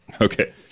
okay